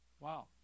Wow